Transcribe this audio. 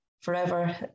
forever